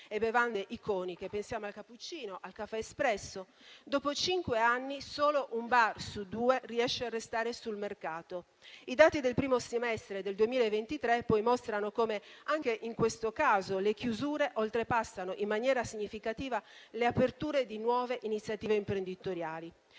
e bevande iconiche: pensiamo al cappuccino, al caffè espresso. Dopo cinque anni solo un bar su due riesce a restare sul mercato. I dati del primo semestre del 2023, poi, mostrano come anche in questo caso le chiusure oltrepassano in maniera significativa le aperture di nuove iniziative imprenditoriali.